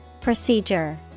Procedure